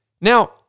Now